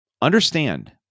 Understand